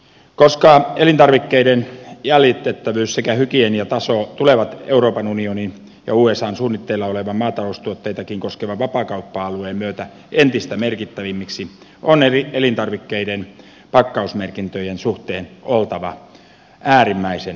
koska elintarvikkeiden jäljitettävyys sekä hygieniataso tulevat euroopan unionin ja usan suunnitteilla olevan maataloustuotteitakin koskevan vapaakauppa alueen myötä entistä merkittävimmiksi on elintarvikkeiden pakkausmerkintöjen suhteen oltava äärimmäisen tarkkana